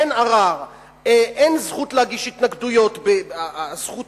אין ערר, אין זכות להגיש התנגדויות, הזכות